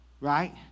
Right